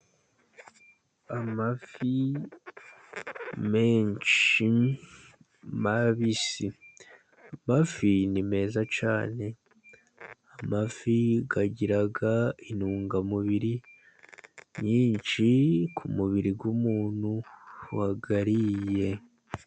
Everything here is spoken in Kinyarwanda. Amafi menshi mabisi. Amafi ni meza cyane, amafi agira intungamubiri nyinshi ku mubiri w'umuntu wayariye.